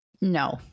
No